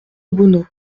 obono